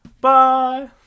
Bye